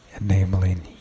enabling